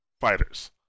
fighters